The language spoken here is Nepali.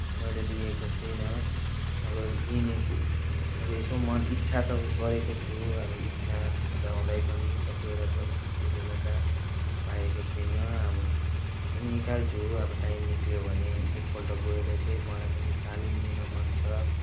मैले लिएको छुइनँ अब लिने अब यसो मन इच्छा त गरेको छु अब इच्छा हुँदाहुँदै पनि कतिवटा परिस्थितिहरूले गर्दा पाएको छुइनँ अब निकाल्छु अब टाइम निक्ल्यो भने एकपल्ट गएर चाहिँ मलाई पनि तालिम लिन मन छ